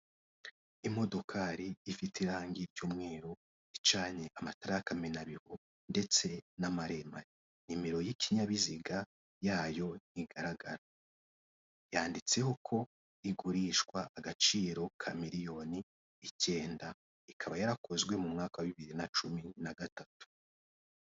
Imodokari ifite irangi ry'umweru, icanye amatara y'akamenabihu ndetse n'amaremare, nimero y'ikinyabiziga yayo ntigaragara. Yanditseho ko igurishwa agaciro ka miliyoni icyenda, ikaba yarakozwe mu mwaka wa bibiri na cumi na gatatu.